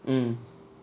mm